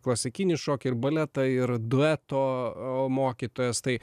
klasikinį šokį ir baletą ir dueto mokytojas tai